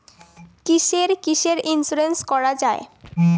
কিসের কিসের ইন্সুরেন্স করা যায়?